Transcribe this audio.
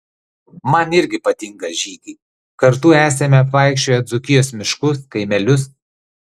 man irgi patinka žygiai kartu esame apvaikščioję dzūkijos miškus kaimelius